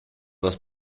das